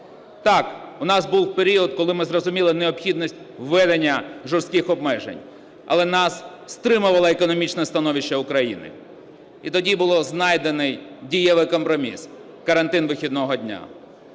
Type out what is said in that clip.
Так, у нас був період, коли ми зрозуміли необхідність введення жорстких обмежень, але нас стримувало економічне становище України. І тоді був знайдений дієвий компроміс – карантин вихідного дня.